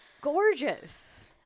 gorgeous